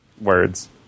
Words